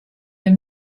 der